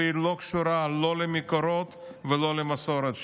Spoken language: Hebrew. והיא לא קשורה לא למקורות ולא למסורת שלנו.